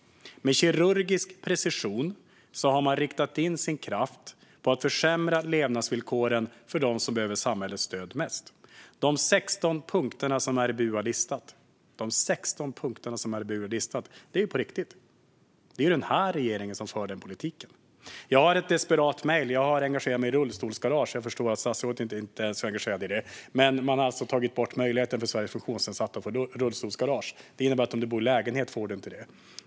Med kirurgisk precision har man riktat in sin kraft på att försämra levnadsvillkoren för dem som behöver samhällets stöd mest. De 16 punkter som RBU har listat är på riktigt. Det är den här regeringen som för den politiken. Jag har fått ett desperat mejl, för jag har engagerat mig i rullstolsgarage. Jag förstår att statsrådet inte är så engagerad i detta, men man har alltså tagit bort möjligheten för Sveriges funktionsnedsatta att få rullstolsgarage. Det innebär att om man bor i lägenhet får man inte det.